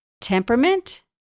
temperament